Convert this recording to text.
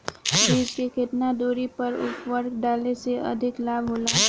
बीज के केतना दूरी पर उर्वरक डाले से अधिक लाभ होला?